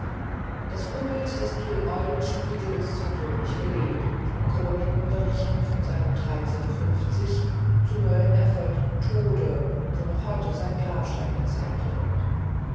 das urbild des tyll eulenspiegel hat wirklich gelebt chroniken berichten von seinem zu mölln erfolgten tode wo noch heute sein grabstein gezeigt wird